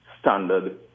standard